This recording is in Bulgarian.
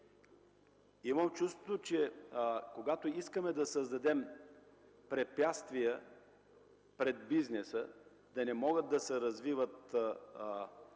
Имам чувството, че когато искаме да създадем препятствия пред бизнеса – да не могат да се развиват